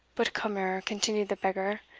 but, cummer, continued the beggar,